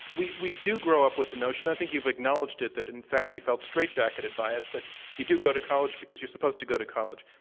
we we do grow up with the notion i think you've acknowledged it that in fact you felt straight-jacketed by it, that you do go to college because you're supposed to go to college.